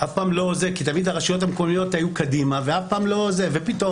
כי תמיד הרשויות המקומיות היו קדימה, ופתאום